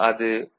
அது Y A and B